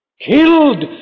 killed